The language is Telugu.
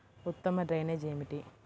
ఉత్తమ డ్రైనేజ్ ఏమిటి?